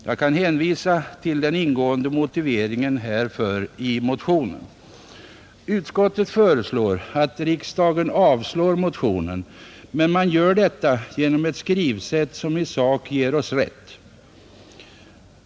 Jag kan hänvisa till den ingående motiveringen härför i motionen, Utskottet förslår att riksdagen avslår motionen. Men man gör detta genom en skrivning, som i sak ger oss rätt.